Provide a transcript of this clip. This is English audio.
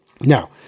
Now